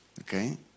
okay